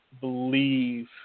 believe